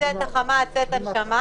החשובה.